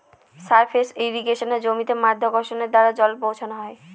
surface ইর্রিগেশনে জমিতে মাধ্যাকর্ষণের দ্বারা জল পৌঁছানো হয়